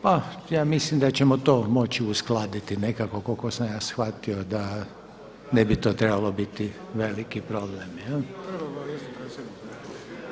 Pa ja mislim da ćemo to moći uskladiti nekako, kolik osam ja shvatio da ne bi to trebali biti veliki problem.